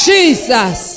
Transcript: Jesus